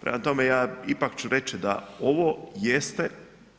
Prema tome, ja ipak ću reći da ovo jeste